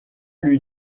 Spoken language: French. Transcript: lui